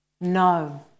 No